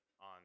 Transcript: on